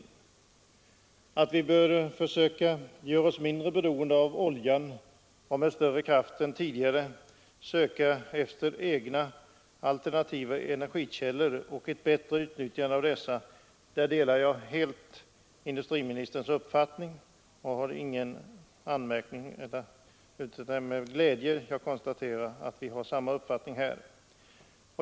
Jag delar helt industriministerns uppfattning att vi bör försöka göra oss mindre beroende av oljan och med större kraft än tidigare söka efter egna alternativa energikällor och ett bättre utnyttjande av dessa. Det är med glädje jag konstaterar att vi har samma uppfattning där.